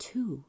Two